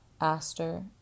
aster